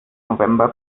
november